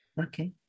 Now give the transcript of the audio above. Okay